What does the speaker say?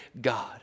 God